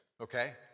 okay